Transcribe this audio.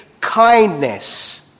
kindness